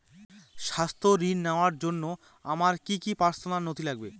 স্বাস্থ্য ঋণ নেওয়ার জন্য আমার কি কি পার্সোনাল নথি লাগবে?